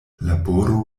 laboro